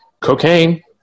cocaine